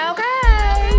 Okay